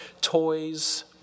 Toys